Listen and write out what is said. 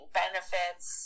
benefits